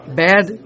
bad